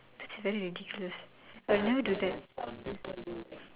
it's very ridiculous will you do that